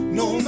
no